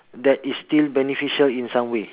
that is still beneficial in some way